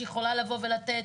שיכולה לבוא ולתת.